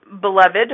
beloved